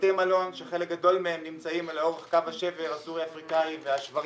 בתי מלון שחלק גדול מהם נמצא לאורך קו השבר הסורי-אפריקאי והשברים